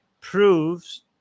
proves